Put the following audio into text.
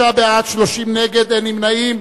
63 בעד, 30 נגד, אין נמנעים.